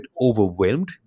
overwhelmed